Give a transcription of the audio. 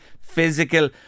physical